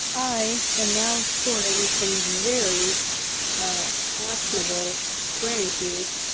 i am now sporting some very fashionable granny shoes.